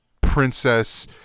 princess